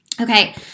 Okay